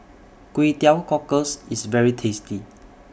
Kway Teow Cockles IS very tasty